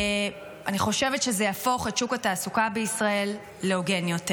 אני חושבת שזה יהפוך את שוק התעסוקה בישראל להוגן יותר.